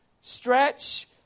stretch